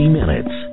minutes